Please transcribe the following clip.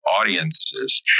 audiences